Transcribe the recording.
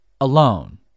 alone